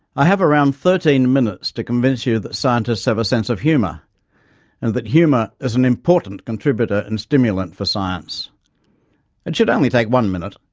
i have around thirteen minutes to convince you that scientists have a sense of humour and that humour is an important contributor and stimulant for science. it should only take one minute,